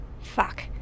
Fuck